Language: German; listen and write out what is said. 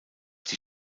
die